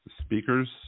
speakers